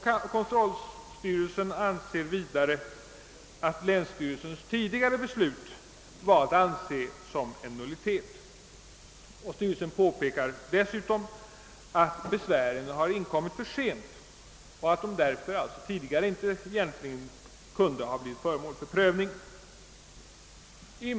Kontrollstyrelsen ansåg att länsstyrelsens tidigare beslut var en nullitet, och pekade dessutom på att besvären inkommit för sent och därför inte hade kunnat bli föremål för prövning tidigare.